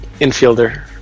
infielder